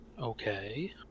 Okay